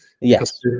yes